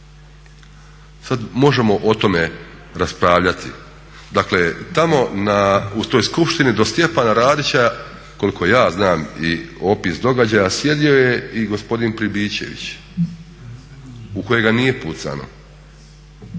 Sad možemo o tome raspravljati, dakle tamo u toj skupštini do Stjepana Radića koliko ja znam i opis događaja sjedio je i gospodin Pribičević u kojega nije pucano.